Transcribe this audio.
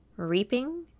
reaping